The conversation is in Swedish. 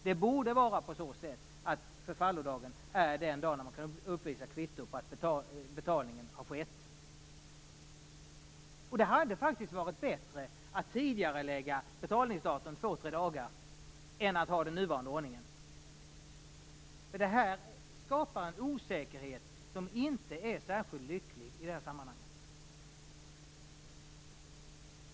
Det borde vara så att förfallodagen är den dag som man kan visa kvitto på att betalningen har skett på. Det hade faktiskt varit bättre att tidigarelägga betalningsdatum två tre dagar än att ha den nuvarande ordningen. Det här skapar en osäkerhet som inte är särskilt lycklig i sammanhanget.